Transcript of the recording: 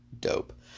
dope